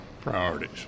priorities